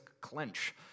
clench